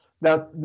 now